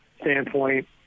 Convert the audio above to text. standpoint